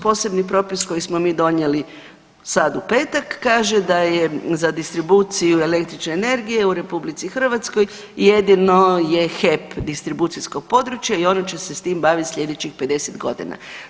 Posebni propis koji smo mi donijeli sad u petak kaže da je za distribuciju električne energije u Republici Hrvatskoj jedino je HEP distribucijsko područje i ono će se s tim baviti sljedećih 50 godina.